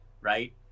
right